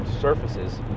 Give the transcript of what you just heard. surfaces